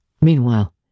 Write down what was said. Meanwhile